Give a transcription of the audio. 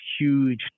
huge